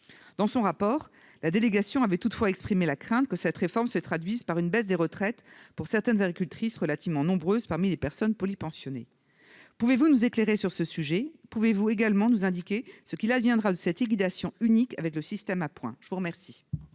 Dans son rapport, la délégation avait toutefois exprimé la crainte que cette réforme ne se traduise par une baisse des retraites pour certaines agricultrices, relativement nombreuses parmi les personnes polypensionnées. Pouvez-vous nous éclairer sur ce sujet ? Pouvez-vous également nous indiquer ce qu'il adviendra de cette liquidation unique avec le système à points ? La parole